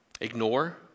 ignore